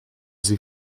sie